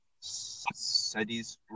cities